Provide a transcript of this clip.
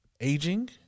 Aging